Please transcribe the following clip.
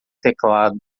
teclado